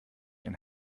ein